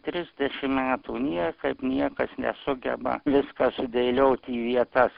trisdešim metų niekaip niekas nesugeba viską sudėlioti į vietas